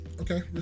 Okay